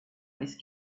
ice